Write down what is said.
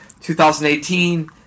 2018